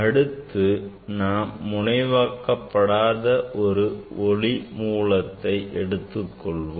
அடுத்து நாம் முனைவாக்கபடாத ஒரு ஒளி மூலத்தை எடுத்துக்கொள்வோம்